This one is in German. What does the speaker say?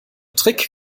trick